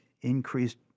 increased